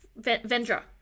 vendra